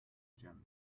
gym